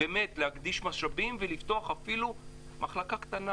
להקדיש משאבים ולפתוח אפילו מחלקה קטנה,